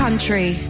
Country